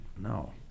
No